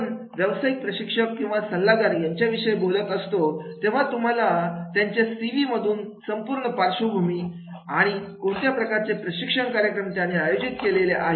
आपण व्यवसायिक प्रशिक्षक किंवा सल्लागार यांच्याविषयी बोलत असतो तेव्हा तुम्हाला त्याच्या सीव्ही मधून संपूर्ण पार्श्वभूमी आणि कोणत्या प्रकारचे प्रशिक्षण कार्यक्रम त्याने आयोजित केले आहेत